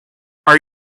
are